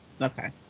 Okay